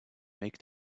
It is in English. make